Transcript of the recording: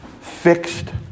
fixed